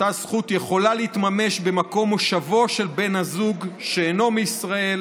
אותה זכות יכולה להתממש במקום מושבו של בן הזוג שאינו מישראל.